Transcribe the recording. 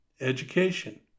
education